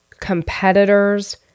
competitors